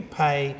pay